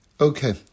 okay